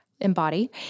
embody